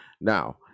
Now